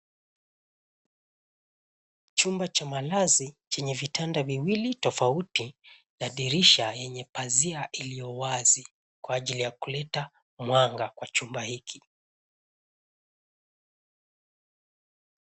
Chumba cha malazi chenye vitanda viwili tofauti na dirisha yenye pazia iliyo wazi kwa ajili ya kuleta mwanga kwa chumba hiki.